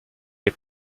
est